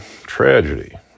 tragedy